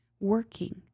working